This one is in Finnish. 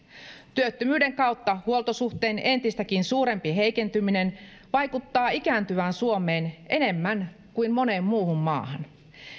työttömyyden kautta huoltosuhteen entistäkin suurempi heikentyminen vaikuttaa ikääntyvään suomeen enemmän kuin moneen muuhun maahan